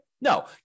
No